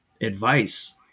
advice